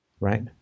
Right